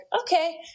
okay